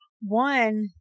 one